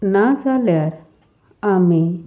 ना जाल्यार आमी